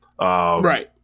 Right